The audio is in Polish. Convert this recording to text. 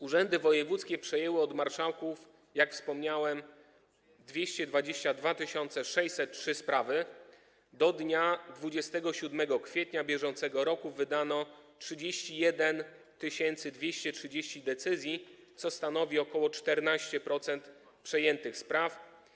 Urzędy wojewódzkie przejęły od marszałków, jak wspomniałem, 222 603 sprawy, a do dnia 27 kwietnia br. wydano 31 230 decyzji, co stanowi ok. 14% przejętych spraw.